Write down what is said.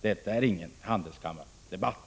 Detta är ingen handelskammardebatt.